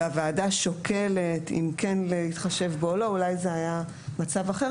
והוועדה הייתה שוקלת אם כן להתחשב בו או לא אולי המצב היה אחר,